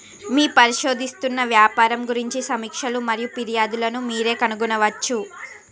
మీ పరిశోధిస్తున్న వ్యాపారం గురించి సమీక్షలు మరియు ఫిర్యాదులను మీరు కనుగొనవచ్చు